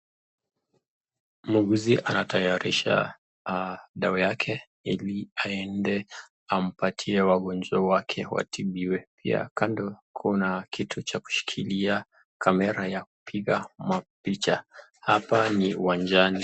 Mwuguzi anatayarisha dawa yake ili muuguzi atayarishe wagonjwa wake watibiwe pia kando yake kuna kitu ya kushikilia mapicha hapa ni uwanjani.